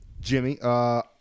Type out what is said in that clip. Jimmy